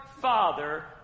Father